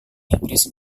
inggris